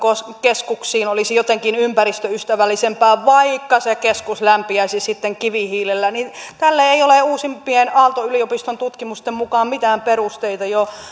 keskuksiin olisi jotenkin ympäristöystävällisempää vaikka se keskus lämpiäisi sitten kivihiilellä niin tällä ei ei ole uusimpien aalto yliopiston tutkimusten mukaan mitään perusteita jo